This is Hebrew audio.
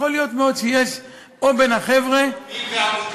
יפה ענית.